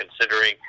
considering